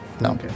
no